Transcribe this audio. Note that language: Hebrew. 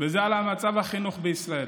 וזה מצב החינוך בישראל.